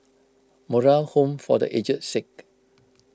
Moral Home for the Aged Sick